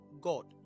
God